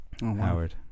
Howard